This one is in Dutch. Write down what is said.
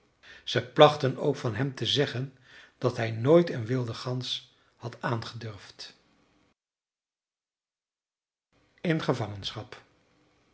ze plachten ook van hem te zeggen dat hij nooit een wilde gans had aangedurfd in gevangenschap